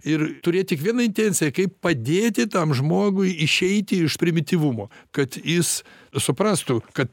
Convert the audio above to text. ir turėt tik viena intenciją kaip padėti tam žmogui išeiti iš primityvumo kad jis suprastų kad